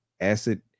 acid